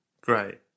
Great